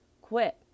quit